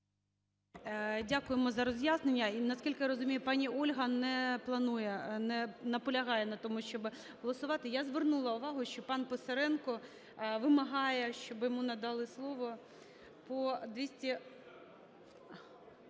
Дякуємо за роз'яснення. І наскільки я розумію, пані Ольга не планує… не наполягає на тому, щоб голосувати. Я звернула увагу, що пан Писаренко вимагає, щоб йому надали слово по